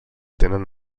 tenen